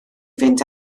fynd